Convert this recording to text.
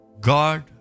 God